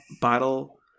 bottle